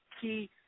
key